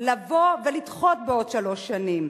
לדחות בעוד שלוש שנים.